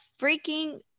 freaking